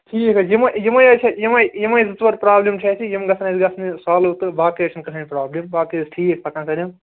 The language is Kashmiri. ٹھیٖک حظ چھُ یِمو یِمے أسۍ اتہِ یِمٕے یِمٕے زٕ ژور پرٛابلِم حظ چھِ اسہِ یِم گَژھان اسہِ گَژھنہِ سالوٗ تہٕ باقٕے حظ چھٕنہٕ کٕہۭنٛۍ پرٛابل باقٕے حظ ٹھیٖک پَکان تَتیٚن